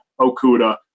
Okuda